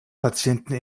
patienten